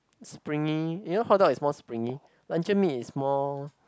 springy you know hot dog is more springy luncheon meat is more